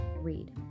read